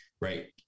right